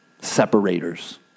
separators